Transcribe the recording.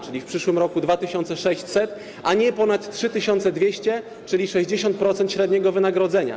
Czyli w przyszłym roku 2600, a nie ponad 3200, czyli 60% średniego wynagrodzenia.